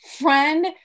friend